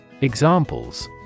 Examples